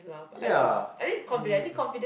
ya um